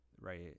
right